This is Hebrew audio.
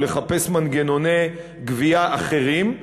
או לחפש מנגנוני גבייה אחרים,